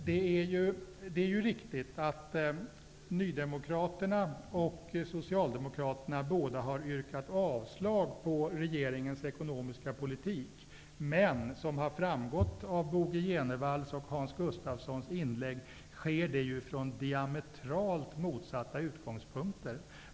Det är riktigt att Nydemokraterna och Socialdemokraterna båda har yrkat avslag på regeringens ekonomiska politik, men det sker, som har framgått av Bo G Jenevalls och Hans Gustafssons inlägg, från diametralt motsatta utgångspunkter.